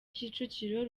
kicukiro